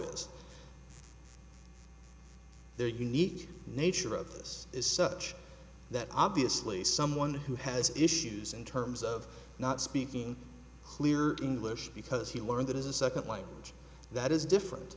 us their unique nature of this is such that obviously someone who has issues in terms of not speaking clear english because he learned that as a second language that is different